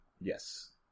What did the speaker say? Yes